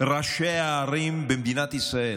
ראשי הערים במדינת ישראל